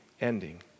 ending